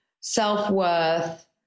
self-worth